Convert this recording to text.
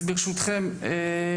אז ברשותכם.